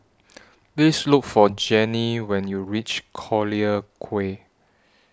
Please Look For Janie when YOU REACH Collyer Quay